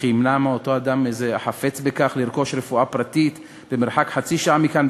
וכי מי ימנע מאותו אדם החפץ בכך לרכוש רפואה פרטית במרחק חצי שעה מכאן,